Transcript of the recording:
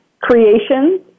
Creation